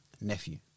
nephew